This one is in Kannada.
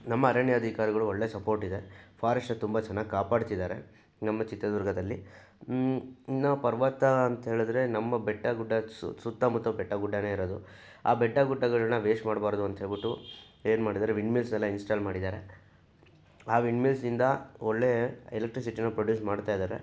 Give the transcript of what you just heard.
ನಮ್ಮ ಅರಣ್ಯಾಧಿಕಾರಿಗಳು ಒಳ್ಳೆ ಸಪೋರ್ಟ್ ಇದೆ ಫಾರೆಸ್ಟ್ ತುಂಬ ಚೆನ್ನಾಗಿ ಕಾಪಾಡ್ತಿದ್ದಾರೆ ನಮ್ಮ ಚಿತ್ರದುರ್ಗದಲ್ಲಿ ಇನ್ನು ಪರ್ವತ ಅಂಥೇಳಿದ್ರೆ ನಮ್ಮ ಬೆಟ್ಟ ಗುಡ್ಡ ಸುತ್ತ ಮುತ್ತ ಬೆಟ್ಟ ಗುಡ್ಡವೇ ಇರೋದು ಆ ಬೆಟ್ಟ ಗುಡ್ಡಗಳನ್ನ ವೇಸ್ಟ್ ಮಾಡಬಾರ್ದು ಅಂಥೇಳ್ಬಿಟ್ಟು ಏನು ಮಾಡಿದ್ದಾರೆ ಎಲ್ಲ ಇನ್ಸ್ಟಾಲ್ ಮಾಡಿದ್ದಾರೆ ಆ ಒಳ್ಳೇ ಎಲೆಕ್ಟ್ರಿಸಿಟಿ ಪ್ರೊಡ್ಯೂಸ್ ಮಾಡ್ತಾ ಇದ್ದಾರೆ